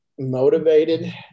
motivated